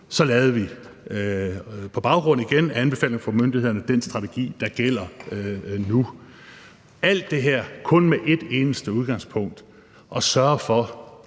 lavede vi, igen på baggrund af anbefalinger fra myndighederne, den strategi, der gælder nu – alt det her kun med et eneste formål, nemlig at sørge for,